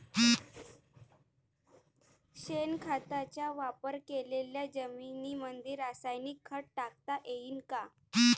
शेणखताचा वापर केलेल्या जमीनीमंदी रासायनिक खत टाकता येईन का?